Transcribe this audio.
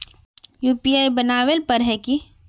UPI बनावेल पर है की?